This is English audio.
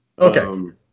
Okay